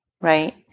Right